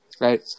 right